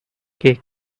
cake